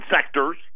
sectors